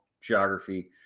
geography